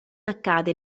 accade